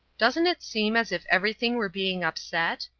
doesn't it seem as if everything were being upset?